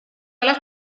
alla